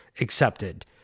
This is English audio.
accepted